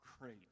great